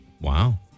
Wow